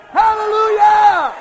hallelujah